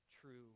true